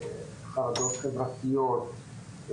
חרדות חברתיות,